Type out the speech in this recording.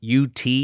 ut